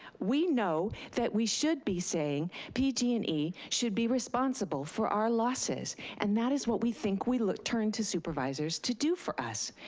we know that we should be saying pg and e should be responsible for our losses. and that is what we think we turn to supervisors to do for us.